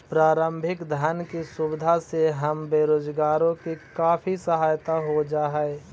प्रारंभिक धन की सुविधा से हम बेरोजगारों की काफी सहायता हो जा हई